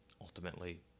ultimately